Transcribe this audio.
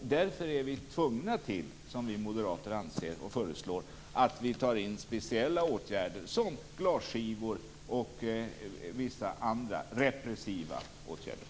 Därför anser vi moderater att vi är tvungna att ta till speciella åtgärder som glasskivor och vissa andra repressiva åtgärder.